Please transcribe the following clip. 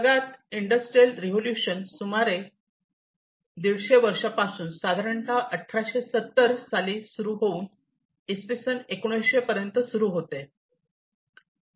जगात industrial revolution सुमारे तुम्हारे सुमारे दीडशे वर्षांपूर्वी साधारणतः 1870 साली सुरू होऊन इसवीसन 1900 पर्यंत सुरू होते